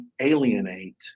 alienate